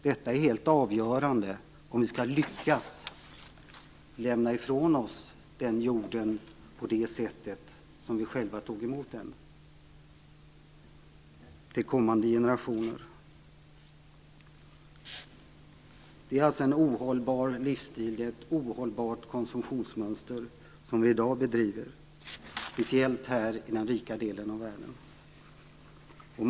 Detta är helt avgörande om vi skall lyckas lämna ifrån oss jorden till kommande generationer på samma sätt som vi själva tog emot den. Det är alltså en ohållbar livsstil, ett ohållbart konsumtionsmönster som vi i dag bedriver, speciellt här i den rika delen av världen.